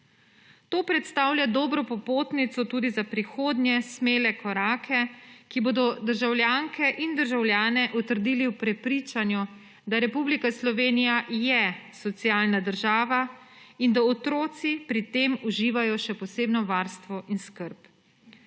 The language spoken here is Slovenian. To predstavlja dobro popotnico tudi za prihodnje smele korake, ki bodo državljanke in državljane utrdili v prepričanju, da je Republika Slovenija socialna država in da otroci pri tem uživajo še posebno varstvo in skrb.